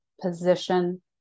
position